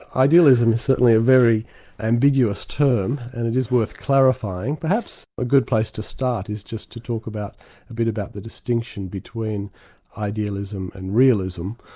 idealism is certainly a very ambiguous term, and it is worth clarifying. perhaps a good place to start is just to talk a bit about the distinction between idealism and realism,